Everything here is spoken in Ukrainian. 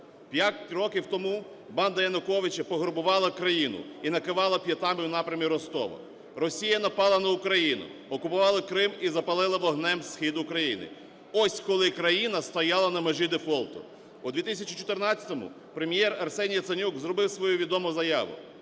5 років тому банда Януковича пограбувала країну і накивала п'ятами в напрямі Ростова, Росія напала на Україну, окупувала Крим і запалила вогнем схід України – ось коли країна стояла на межі дефолту. У 2014-му Прем’єр Арсеній Яценюк зробив свою відому заяву: